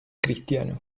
cristiano